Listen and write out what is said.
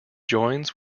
joins